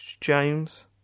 James